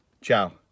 ciao